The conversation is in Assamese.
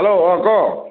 হেল্ল' অ' ক'